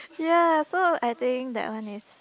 ya so I think that one is